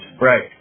right